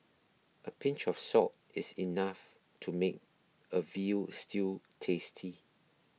a pinch of salt is enough to make a Veal Stew tasty